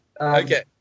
okay